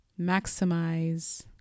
maximize